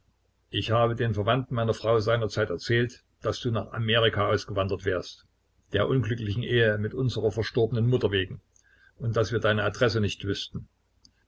ich habe den verwandten meiner frau seinerzeit erzählt daß du nach amerika ausgewandert wärst der unglücklichen ehe mit unserer verstorbenen mutter wegen und daß wir deine adresse nicht wüßten